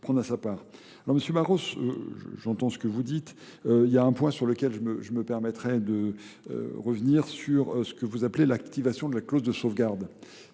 Alors, M. Maros, j'entends ce que vous dites. Il y a un point sur lequel je me permettrai de revenir sur ce que vous appelez l'activation de la clause de sauvegarde.